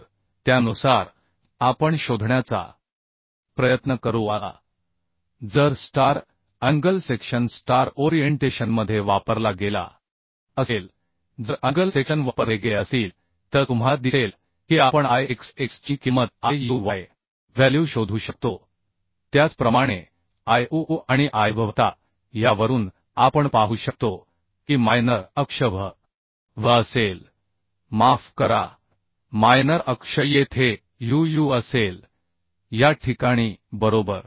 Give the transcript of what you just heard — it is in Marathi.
तर त्यानुसार आपण शोधण्याचा प्रयत्न करू आता जर स्टार अँगल सेक्शन स्टार ओरिएंटेशनमध्ये वापरला गेला असेल जर अँगल सेक्शन वापरले गेले असतील तर तुम्हाला दिसेल की आपण I x x चीं किंमत I u y व्हॅल्यू शोधू शकतो त्याचप्रमाणे I u u आणि I v v आता यावरून आपण पाहू शकतो की मायनर अक्ष v v असेल माफ करा मायनर अक्ष येथे u u असेल या ठिकाणी बरोबर